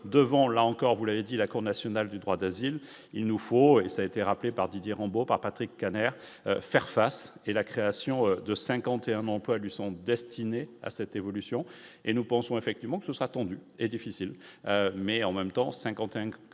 devant, là encore, vous l'avez dit la Cour nationale du droit d'asile, il nous faut et ça a été rappelé par Didier Rambaud par Patrick Kanner faire face et la création de 51 emplois lui sont destinées à cette évolution, et nous pensons effectivement que ce sera tendu et difficile mais en même temps 51 51